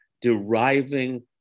deriving